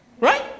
Right